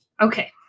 Okay